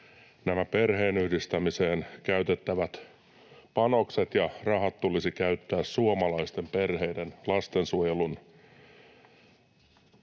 perheenyhdistämiseen käytettävät panokset ja rahat tulisi käyttää suomalaisten, lastensuojelun